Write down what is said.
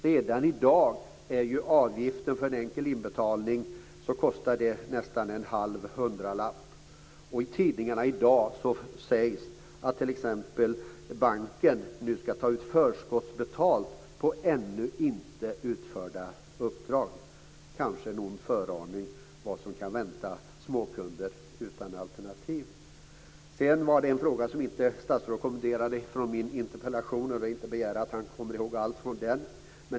Redan i dag är ju avgiften för en enkel inbetalning nästan en halv hundralapp, och i tidningarna i dag sägs t.ex. att banken nu ska ta ut förskottsbetalning på ännu inte utförda uppdrag. Det är kanske en ond föraning om vad som kan vänta småkunder utan alternativ. Sedan var det en fråga som statsrådet inte kommenterade från min interpellation, och det är inte att begära att han kommer ihåg allt från den.